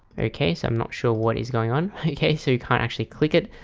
okay, so i'm not sure what is going on okay, so you can't actually click it.